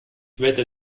wette